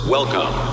Welcome